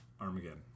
Armageddon